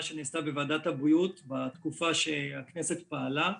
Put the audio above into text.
שנעשתה בוועדת הבריאות בתקופה שהכנסת פעלה.